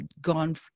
gone